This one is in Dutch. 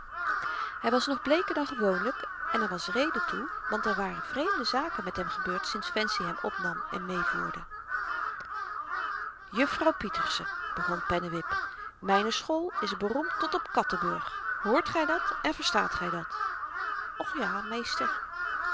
hy was nog bleeker dan gewoonlyk en er was reden toe want er waren vreemde zaken met hem gebeurd sedert fancy hem opnam en meevoerde juffrouw pieterse begon pennewip myne school is beroemd tot op kattenburg hoort gy dat en verstaat gy dat och ja meester